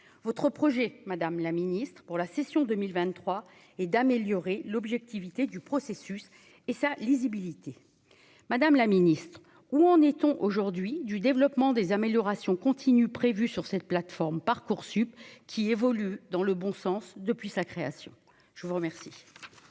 votre projet Madame la Ministre, pour la session 2023 et d'améliorer l'objectivité du processus et sa lisibilité, Madame la Ministre, où en est-on aujourd'hui du développement des améliorations continues prévues sur cette plateforme Parcoursup, qui évolue dans le bon sens, depuis sa création, je vous remercie.